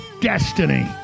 destiny